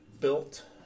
built